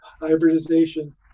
hybridization